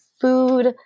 food